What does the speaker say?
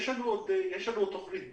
יש לנו תוכנית ב',